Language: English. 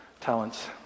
talents